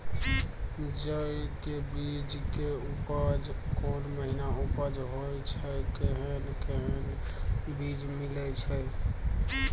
जेय के बीज के उपज कोन महीना उपज होय छै कैहन कैहन बीज मिलय छै?